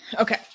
Okay